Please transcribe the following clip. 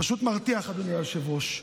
פשוט מרתיח, אדוני היושב-ראש.